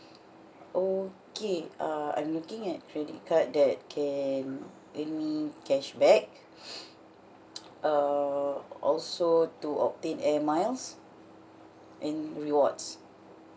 okay uh I'm looking at credit card that can earn me cashback uh also to obtain air miles and rewards